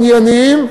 ענייניים,